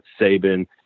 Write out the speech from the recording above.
Saban